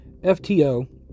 FTO